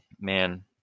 man